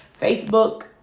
Facebook